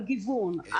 על גיוון,